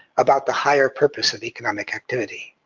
about the higher purpose of economic activity.